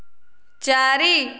ଚାରି